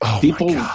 people